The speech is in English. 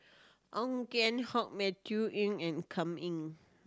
Ong Keng Hong Matthew and Kam Ning